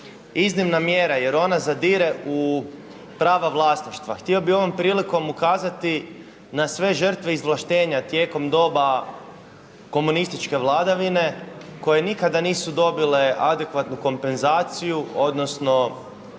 iznimna mjera, jer ona zadire u prava vlasništva. Htio bih ovom prilikom ukazati na sve žrtve izvlaštenja tijekom doba komunističke vladavine koje nikada nisu dobile adekvatnu kompenzaciju, odnosno